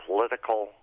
political